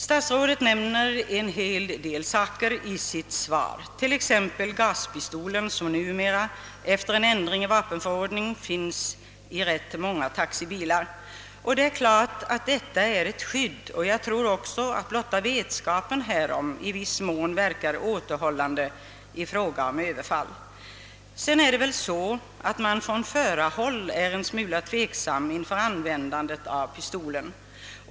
Statsrådet nämner en del ting i sitt svar, t.ex. gaspistolen som numera efter ändring i vapenförordningen finns i rätt många taxibilar. Den är givetvis ett skydd, och jag tror också att blotta vetskapen om pistolens existens verkar i viss mån återhållande när det gäller överfall. Men man är nog på förarhåll en smula tveksam inför att använda pistolen.